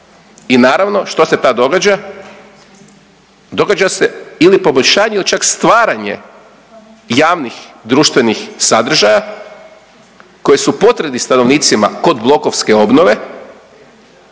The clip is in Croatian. I naravno što se tad događa? Događa se ili poboljšanje ili čak stvaranje javnih društvenih sadržaja koji su potrebni stanovnicima kod blokovske obnove